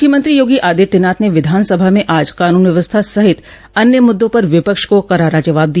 मुख्यमंत्री योगी आदित्यनाथ ने विधानसभा में आज कानून व्यवस्था सहित अन्य मुद्दों पर विपक्ष को करारा जवाब दिया